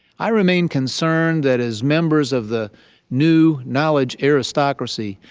i remain concerned that as members of the new knowledge aristocracy,